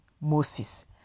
Moses